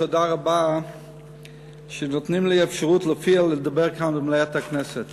תודה רבה שנותנים לי אפשרות להופיע ולדבר כאן במליאת הכנסת